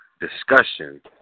discussion